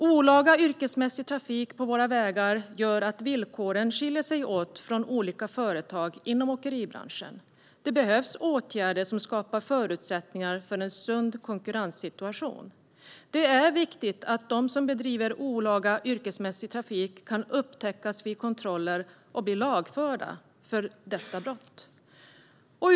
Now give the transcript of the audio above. Olaga yrkesmässig trafik på våra vägar gör att villkoren skiljer sig åt för olika företag inom åkeribranschen. Det behövs åtgärder som skapar förutsättningar för en sund konkurrenssituation. Det är viktigt att de som bedriver olaga yrkesmässig trafik kan upptäckas vid kontroller och bli lagförda för detta brott.